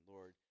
Lord